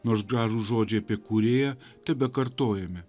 nors gražūs žodžiai apie kūrėją tebekartojami